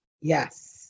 Yes